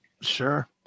Sure